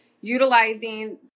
utilizing